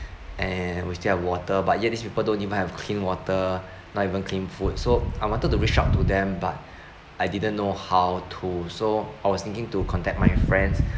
and we still have water but yet this people don't even have clean water not even clean food so I wanted to reach out to them but I didn't know how to so I was thinking to contact my friends